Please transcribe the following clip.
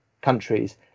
countries